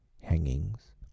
hangings